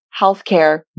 healthcare